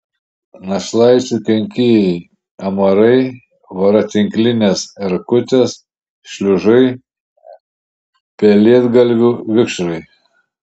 našlaičių kenkėjai amarai voratinklinės erkutės šliužai pelėdgalvių vikšrai